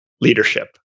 leadership